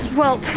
well,